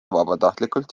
vabatahtlikult